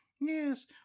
yes